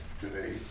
today